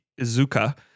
Izuka